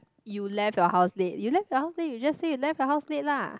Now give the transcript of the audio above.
you left your house late you left your house late you just say you left your house late lah